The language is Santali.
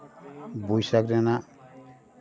ᱵᱳᱭᱥᱟᱠᱷ ᱨᱮᱱᱟᱜ